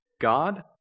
God